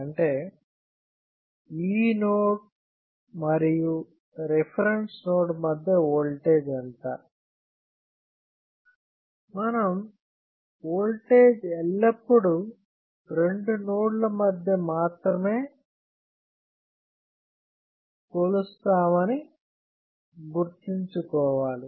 అంటే ఈ నోడ్ మరియు రిఫరెన్స్ నోడ్ మధ్య ఓల్టేజ్ ఎంత మనం ఓల్టేజ్ ఎల్లప్పుడూ రెండు నోడ్ల మధ్య మాత్రమే కొలుస్తామని గుర్తించుకోండి